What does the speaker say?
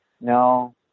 no